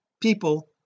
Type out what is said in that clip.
people